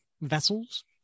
vessels